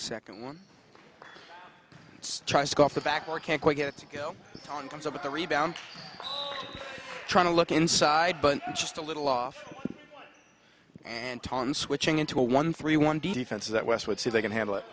second one tries to go off the back or can't quite get it to go on comes up with the rebound trying to look inside but just a little off and on switching into a one three one defense that west would see they can handle it